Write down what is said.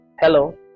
hello